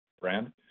brand